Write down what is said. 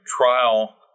trial